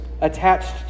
attached